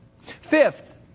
Fifth